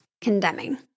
condemning